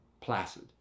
placid